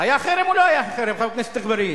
היה חרם או לא היה חרם, חבר הכנסת אגבאריה?